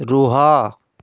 ରୁହ